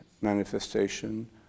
manifestation